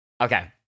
Okay